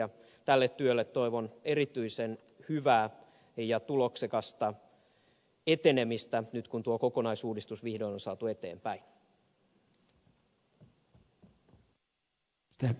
tälle työlle toivon erityisen hyvää ja tuloksekasta etenemistä nyt kun tuo kokonaisuudistus vihdoin on saatu eteenpäin